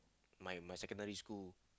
my my secondary school